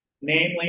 namely